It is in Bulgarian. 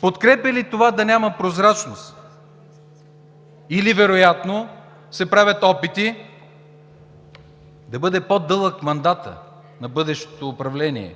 Подкрепя ли това да няма прозрачност? Или вероятно се правят опити да бъде по-дълъг мандатът на бъдещото управление?